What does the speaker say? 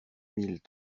mille